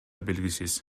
белгисиз